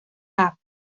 cap